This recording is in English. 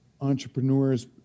entrepreneurs